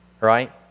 right